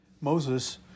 Moses